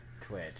Twitch